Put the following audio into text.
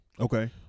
okay